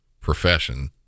profession